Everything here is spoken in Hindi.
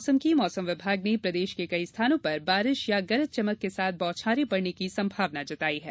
मौसम मौसम विभाग ने प्रदेश के कई स्थानों पर बारिश या गरज चमक के साथ बौछारें पड़ने की संभावना बताई है